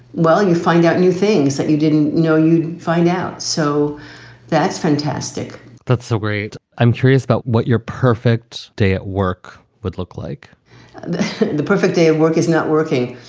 well, you find out new things that you didn't know you'd find out. so that's fantastic that's so great. i'm curious about what your perfect day at work would look like the perfect day of work is not working.